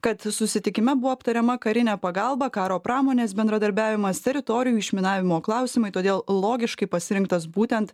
kad susitikime buvo aptariama karinė pagalba karo pramonės bendradarbiavimas teritorijų išminavimo klausimai todėl logiškai pasirinktas būtent